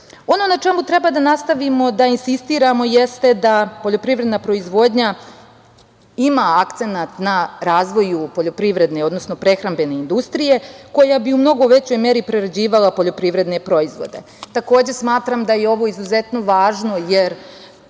na čemu treba da nastavimo da insistiramo jeste da poljoprivredna proizvodnja ima akcenat na razvoju poljoprivredne, odnosno prehrambene industrije, koja bi u mnogo većoj meri prerađivala poljoprivredne proizvode. Takođe, smatram da je ovo izuzetno važno jer